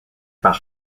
pas